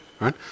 Right